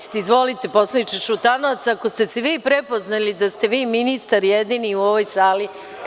Izvolite poslaniče Šutanovac, ako ste se vi prepoznali da ste vi jedini ministar u ovoj sali.